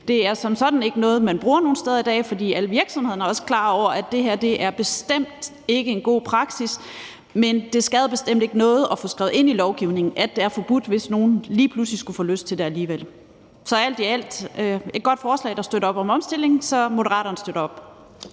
Det er som sådan ikke noget, man bruger nogen steder i dag, fordi alle virksomhederne også er klar over, at det her bestemt ikke er en god praksis, men det skader ikke at få skrevet ind i lovgivningen, at det er forbudt, hvis nogen lige pludselig skulle få lyst til det alligevel. Så alt i alt er det et godt forslag, der støtter op om omstillingen, og som Moderaterne støtter.